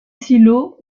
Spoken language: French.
silo